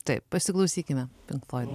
taip pasiklausykime pink floidų